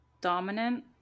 dominant